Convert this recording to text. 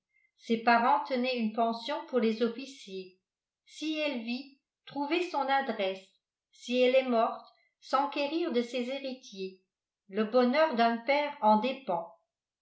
ses parents tenaient une pension pour les officiers si elle vit trouver son adresse si elle est morte s'enquérir de ses héritiers le bonheur d'un père en dépend